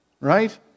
right